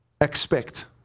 expect